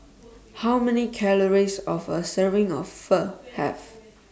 How Many Calories of A Serving of Pho Have